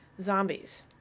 zombies